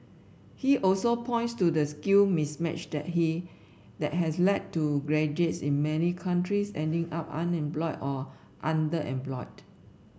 he also points to the skill mismatch that he has led to graduates in many countries ending up unemployed or underemployed